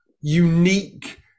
unique